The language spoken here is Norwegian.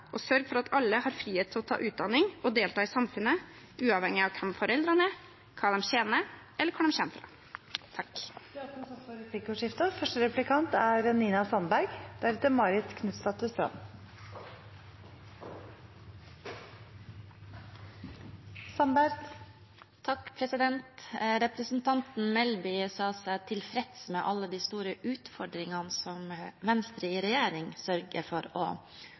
sørge for at alle har frihet til å ta utdanning og delta i samfunnet, uavhengig av hvem foreldrene er, hva de tjener, eller hvor de kommer fra. Det blir replikkordskifte. Representanten Melby sa seg tilfreds med alle de store utfordringene som Venstre i regjering sørger for å løfte. Jeg vil ta opp noe som Venstre i regjering ikke har klart å løse, og